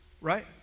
right